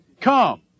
come